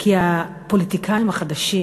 כי הפוליטיקאים החדשים